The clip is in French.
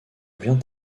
vient